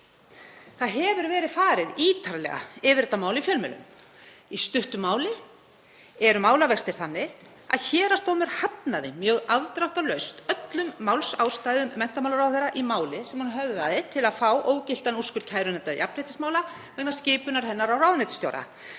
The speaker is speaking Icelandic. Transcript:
Farið hefur verið ítarlega yfir þetta mál í fjölmiðlum. Í stuttu máli eru málavextir þannig að héraðsdómur hafnaði mjög afdráttarlaust öllum málsástæðum menntamálaráðherra í máli sem hún höfðaði til að fá ógiltan úrskurð kærunefndar jafnréttismála vegna skipunar hennar á ráðuneytisstjóra.